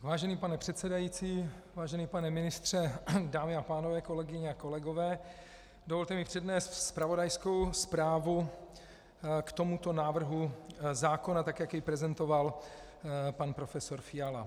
Vážený pane předsedající, vážený pane ministře, dámy a pánové, kolegyně a kolegové, dovolte mi přednést zpravodajskou zprávu k tomuto návrhu zákona, jak jej prezentoval pan profesor Fiala.